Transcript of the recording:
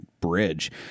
bridge